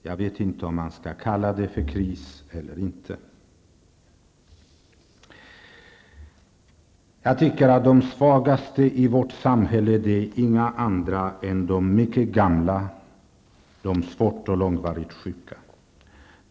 Jag vet inte om vi skall kalla det för kris eller inte. Jag tycker att de svagaste i vårt samhälle är de mycket gamla, de svårt långvarigt sjuka.